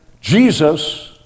jesus